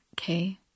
okay